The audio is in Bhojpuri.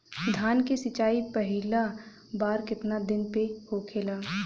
धान के सिचाई पहिला बार कितना दिन पे होखेला?